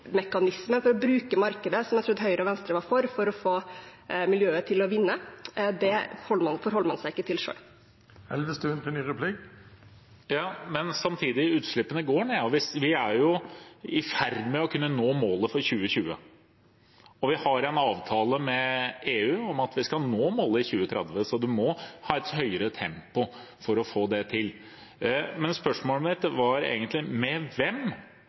for å bruke markedet, som jeg trodde Høyre og Venstre var for, for å få miljøet til å vinne, forholder man seg ikke til selv. Samtidig går utslippene ned. Vi er i ferd med å kunne nå målet for 2020, og vi har en avtale med EU om at vi skal nå målet i 2030, så vi må ha et høyere tempo for å det til. Spørsmålet mitt var egentlig med hvem